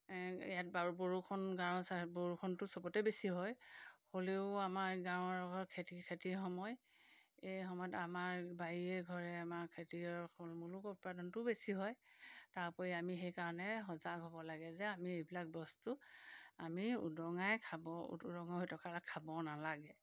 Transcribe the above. ইয়াত বাৰু বৰষুণ গাঁৱৰ বৰষুণটো চবতে বেছি হয় হ'লেও আমাৰ গাঁৱৰ লোকৰ খেতি খেতিৰ সময় এই সময়ত আমাৰ বাৰীয়ে ঘৰে আমাৰ খেতিয়ৰ মূলকত উৎপাদনটোও বেছি হয় তাৰ উপৰি আমি সেইকাৰণে সজাগ হ'ব লাগে যে আমি এইবিলাক বস্তু আমি উদঙাই খাব উদং হৈ থকা খাব নালাগে